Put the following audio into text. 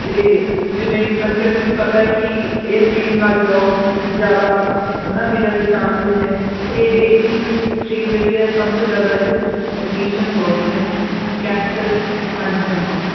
ਅਤੇ ਜਿਵੇਂ ਬੱਚਿਆਂ ਨੂੰ ਵੀ ਪਤਾ ਏ ਕਿ ਇਹ ਸਟਰੀਮ ਨਾਲ ਜੋਬ ਜ਼ਿਆਦਾ ਹੈ ਨਾ ਮਿਲਣ ਦੇ ਚਾਨਸਿਸ ਨੇ ਅਤੇ ਇਹ ਹੀ ਸਟਰੀਮ ਜਿਹੜੀ ਆ ਸਭ ਤੋਂ ਜ਼ਿਆਦਾ ਇਹਦੇ 'ਚ ਐਡਮੀਸ਼ਨਸ ਹੋ ਰਹੀਆਂ ਮਕੈਨੀਕਲ ਵੀ ਪਿੱਛੇ ਹਾਂਜੀ ਹਾਂਜੀ